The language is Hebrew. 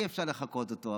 אי-אפשר לחקות אותו,